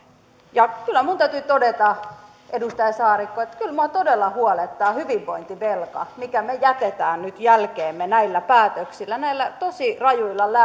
ja kyllä minun täytyy todeta edustaja saarikko että kyllä minua todella huolettaa hyvinvointivelka minkä me jätämme nyt jälkeemme näillä päätöksillä näillä tosi rajuilla